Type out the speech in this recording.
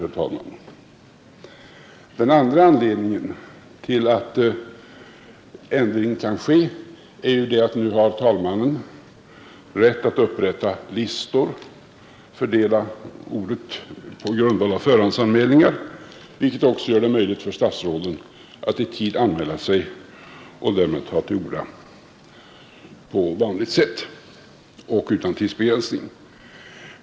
För det andra har talmannen nu rätt att göra upp talarlistor där ordet fördelas på grundval av förhandsanmälningar, vilket gör det möjligt för statsråden att anmäla sig i förväg och få ordet på vanligt sätt utan tidsbegränsning.